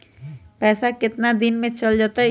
पैसा कितना दिन में चल जतई?